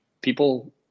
People